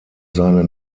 seine